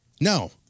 No